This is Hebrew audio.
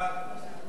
7